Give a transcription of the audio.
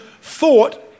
thought